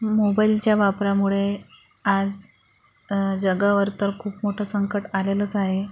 मोबाईलच्या वापरामुळे आज जगावर तर खूप मोठंं संकट आलेलंच आहे